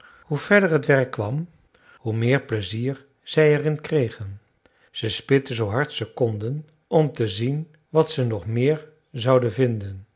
hoe verder t werk kwam hoe meer plezier zij er in kregen ze spitten zoo hard ze konden om te zien wat ze nog meer zouden vinden